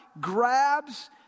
Grabs